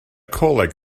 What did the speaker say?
coleg